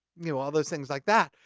you know, all those things like that.